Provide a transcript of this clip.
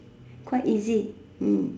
quite easy